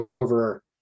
over